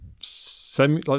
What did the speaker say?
semi